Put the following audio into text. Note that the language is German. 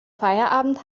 feierabend